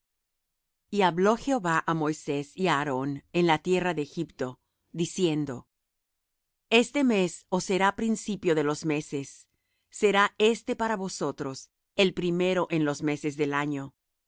y hablo jehová á moisés y á aarón en la tierra de egipto diciendo este mes os será principio de los meses será este para vosotros el primero en los meses del año